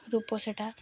ରୂପ ସେଇଟା